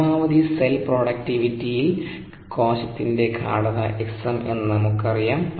പരമാവധി cell productivity യിൽ കോശത്തിനൻറെ ഗാഢത xm എന്ന് നമുക്കറിയാം